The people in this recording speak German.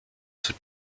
zur